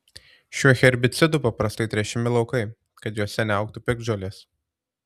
šiuo herbicidu paprastai tręšiami laukai kad juose neaugtų piktžolės